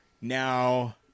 now